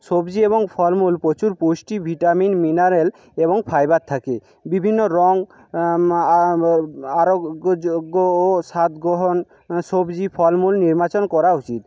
সবজি এবং ফলমূল প্রচুর পুষ্টি ভিটামিন মিনারেল এবং ফাইবার থাকে বিভিন্ন রঙ আরোগ্য যোগ্য ও স্বাদগ্রহণ সবজি ফলমূল নির্বাচন করা উচিত